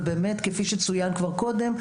ובאמת כפי שצוין כבר קודם,